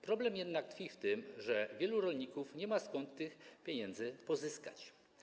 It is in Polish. Problem jednak tkwi w tym, że wielu rolników nie ma skąd tych pieniędzy pozyskać.